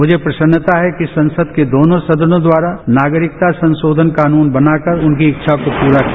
मुझे प्रसन्नता है कि संसद के दोनों सदनों द्वारा नागरिकता संशोधन कानून बनाकर उनकी इच्छा को पूरा किया